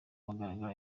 mugaragaro